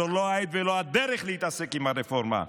זו לא העת ולא הדרך להתעסק עם הרפורמה,